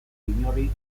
inori